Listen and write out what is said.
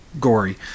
gory